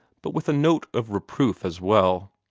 but with a note of reproof as well.